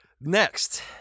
Next